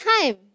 time